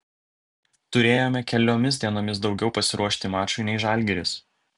turėjome keliomis dienomis daugiau pasiruošti mačui nei žalgiris